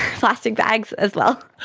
plastic bags as well!